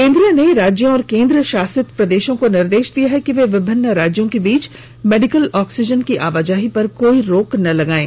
केन्द्र ने राज्यों और केन्द्रशासित प्रदेशों को निर्देश दिया है कि वे विभिन्न राज्यों के बीच मेडिकल ऑक्सीजन की आवाजाही पर कोई रोक न लगायें